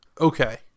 Okay